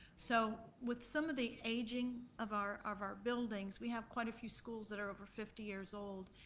so with some of the aging of our of our buildings, we have quite a few schools that are over fifty years old,